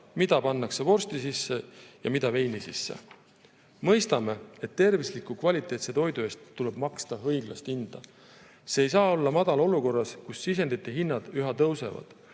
mida pannakse vorsti sisse ja mida veini sisse. Mõistame, et tervisliku kvaliteetse toidu eest tuleb maksta õiglast hinda. See ei saa olla madal olukorras, kus sisendite hinnad üha tõusevad.